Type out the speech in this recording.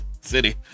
city